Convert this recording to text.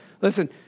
Listen